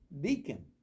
deacon